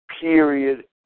period